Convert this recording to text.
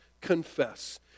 confess